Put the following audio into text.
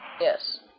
Yes